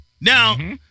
Now